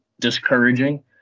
discouraging